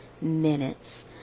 minutes